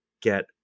get